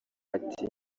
ati